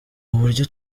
uburyo